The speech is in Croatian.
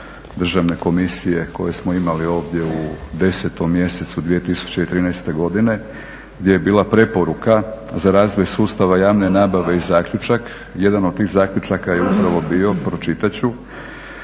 Državne komisije koje smo imali ovdje u 10. mjesecu 2013. godine gdje je bila preporuka za razvoj sustava javne nabave i zaključak. Jedan od tih zaključaka je upravo bio, pročitat